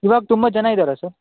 ಇವಾಗ ತುಂಬ ಜನ ಇದ್ದಾರ ಸರ್